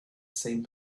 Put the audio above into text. same